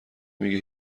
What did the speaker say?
میگه